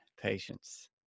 Patience